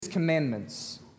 Commandments